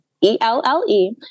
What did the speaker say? e-l-l-e